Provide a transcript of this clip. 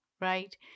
right